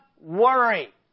worry